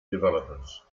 developers